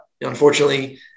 Unfortunately